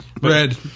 Red